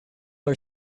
are